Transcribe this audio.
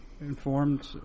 informed